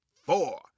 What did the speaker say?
four